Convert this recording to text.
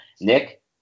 Nick